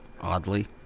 oddly